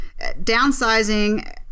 Downsizing